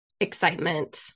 excitement